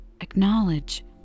Acknowledge